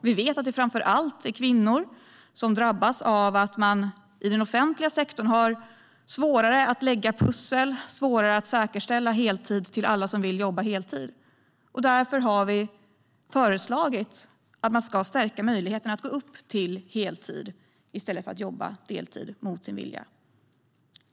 Vi vet att det framför allt är kvinnor som drabbas av att man i den offentliga sektorn har svårare att lägga pussel och säkerställa heltid till alla som vill jobba heltid. Därför har vi föreslagit att man ska stärka möjligheten att gå upp till heltid i stället för att jobba deltid mot sin vilja.